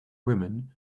women